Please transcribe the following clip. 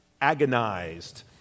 agonized